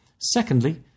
Secondly